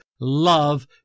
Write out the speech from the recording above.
love